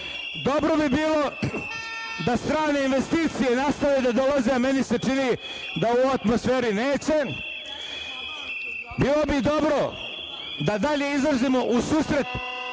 Dobro bi bilo da strane investicije nastave da dolaze, a meni se čini da u ovoj atmosferi neće. Bilo bi dobro da dalje izlazimo u susret